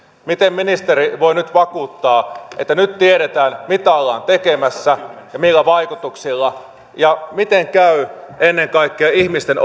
miten ministeri voi nyt vakuuttaa että nyt tiedetään mitä ollaan tekemässä ja millä vaikutuksilla ja miten käy ennen kaikkea ihmisten